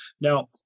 Now